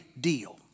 deal